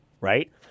Right